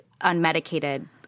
unmedicated